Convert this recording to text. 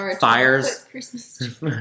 Fires